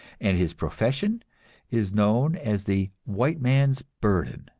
and his profession is known as the white man's burden